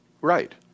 Right